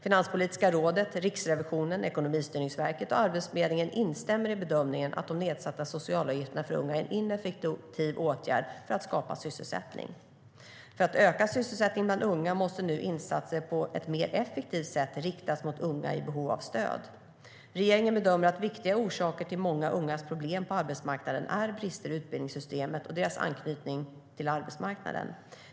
Finanspolitiska rådet, Riksrevisionen, Ekonomistyrningsverket och Arbetsförmedlingen instämmer i bedömningen att de nedsatta socialavgifterna för unga är en ineffektiv åtgärd för att skapa sysselsättning. För att öka sysselsättningen bland unga måste nu insatserna på ett mer effektivt sätt riktas mot unga i behov av stöd. Regeringen bedömer att viktiga orsaker till många ungas problem på arbetsmarknaden är brister i utbildningssystemet och deras anknytning till arbetsmarknaden.